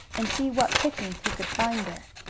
and see what pickings he could find there.